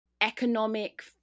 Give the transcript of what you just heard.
economic